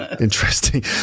interesting